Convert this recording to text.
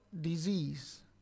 disease